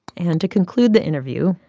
and to conclude the interview,